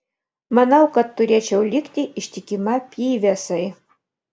manau kad turėčiau likti ištikima pyvesai